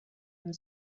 and